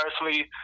personally